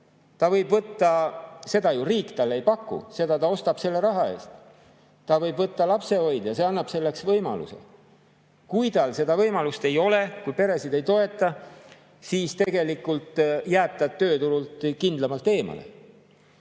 pikaks. Seda ju riik talle ei paku, seda ta ostab selle raha eest. Ta võib võtta lapsehoidja, see [raha] annab selleks võimaluse. Kui tal seda võimalust ei ole, kui peresid ei toetata, siis tegelikult jääb ta tööturult kindlamalt eemale. Nii